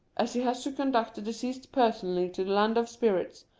as he has to conduct the deceased personally to the land of spirits,